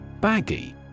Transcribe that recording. Baggy